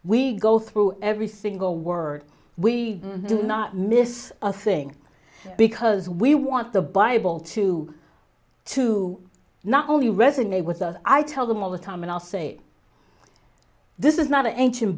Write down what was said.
we go through every single word we do not miss a thing because we want the bible to to not only resonate with us i tell them all the time and i'll say this is not an ancient